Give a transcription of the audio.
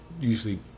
usually